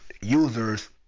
users